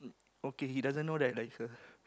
okay he doesn't know that likes her